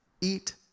Eat